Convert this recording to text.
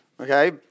okay